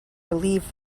relieved